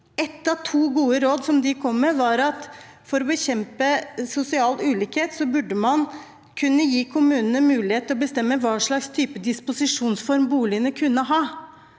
et av to gode råd de kom med – at for å bekjempe sosial ulikhet burde man kunne gi kommunene mulighet til å bestemme hvilken disposisjonsform boligene skal ha.